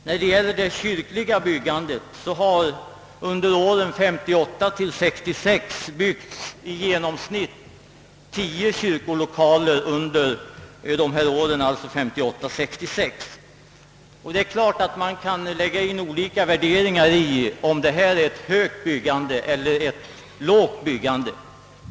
När det gäller det kyrkliga byggandet har det under åren 1958— 1966 byggts i genomsnitt 10 kyrkolokaler årligen. Det är klart att man kan ha olika meningar om huruvida detta är ett stort eller litet byggande.